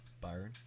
Byron